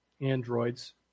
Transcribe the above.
androids